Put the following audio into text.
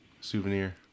souvenir